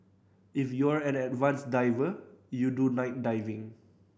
if you're an advanced diver you do night diving